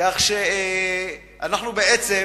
שאנחנו בעצם